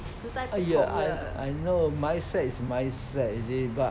!aiya! I know mindset is mindset you see but